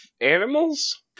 animals